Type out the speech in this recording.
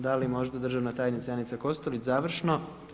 Da li možda državna tajnica Janica Kostelić završno?